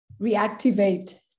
reactivate